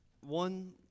one